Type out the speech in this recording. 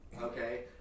Okay